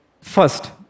First